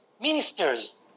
ministers